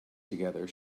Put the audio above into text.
together